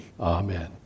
Amen